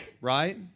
right